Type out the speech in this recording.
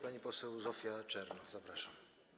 Pani poseł Zofia Czernow, zapraszam.